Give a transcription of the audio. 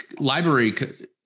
library